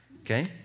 Okay